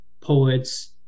poets